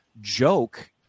joke